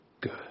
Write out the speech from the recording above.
good